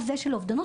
אופציות.